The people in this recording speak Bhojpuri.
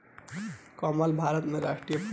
कमल भारत के राष्ट्रीय फूल हवे